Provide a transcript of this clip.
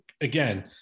again